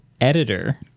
Editor